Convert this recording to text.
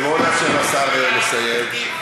בואו נאפשר לשר לסיים.